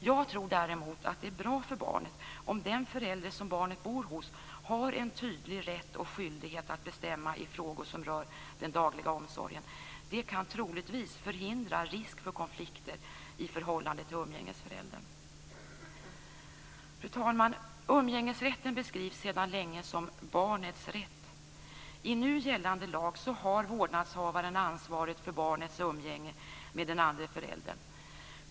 Jag tror däremot att det är bra för barnet om den förälder som barnet bor hos har en tydlig rätt och skyldighet att bestämma i frågor som rör den dagliga omsorgen. Det kan troligtvis förhindra risk för konflikter i förhållande till umgängesföräldern. Fru talman! Umgängesrätten beskrivs sedan länge som barnets rätt. I nu gällande lag har vårdnadshavaren ansvaret för barnets umgänge med den andre föräldern.